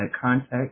contact